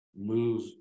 move